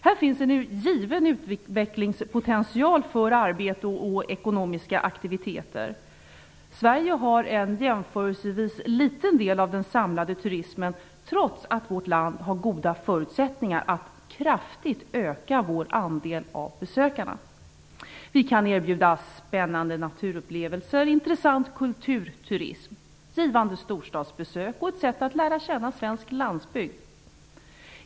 Här finns en given utvecklingspotential för arbete och ekonomiska aktiviteter. Sverige har en jämförelsevis liten del av den samlade turismen, trots att vårt land har goda förutsättningar att kraftigt öka vår andel av besökarna. Vi kan erbjuda spännande naturupplevelser, intressant kulturturism, givande storstadsbesök och ett sätt att lära känna svensk landsbygd.